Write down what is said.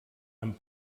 amb